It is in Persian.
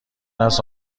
است